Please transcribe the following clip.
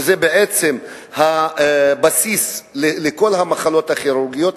שזה הבסיס לכל המחלות הכירורגיות,